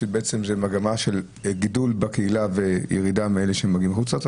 שבעצם זה מגמה של גידול בקהילה וירידה מאלה שמגיעים מחוץ לארץ,